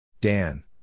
Dan